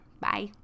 Bye